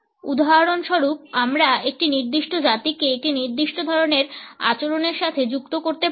উদাহরণস্বরূপ আমরা একটি নির্দিষ্ট জাতিকে একটি নির্দিষ্ট ধরণের আচরণের সাথে যুক্ত করতে পারি না